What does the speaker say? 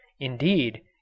Indeed